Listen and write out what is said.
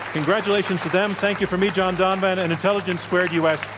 congratulations to them. thank you from me, john donvan, and intelligence squared u. s.